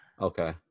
Okay